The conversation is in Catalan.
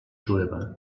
jueva